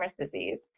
disease